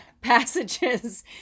passages